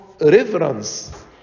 reverence